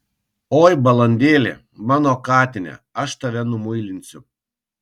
oi balandėli mano katine aš tave numuilinsiu